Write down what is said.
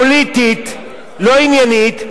פוליטית,